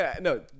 No